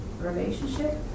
relationship